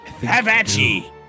Havachi